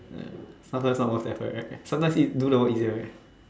yeah sometimes not worth effort right sometimes do the work easier right